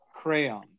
crayon